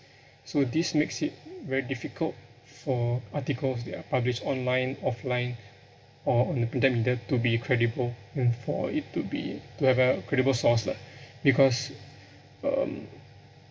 so this makes it very difficult for articles that are published online offline or on the printed media to be credible and for it to be to have a credible source lah because um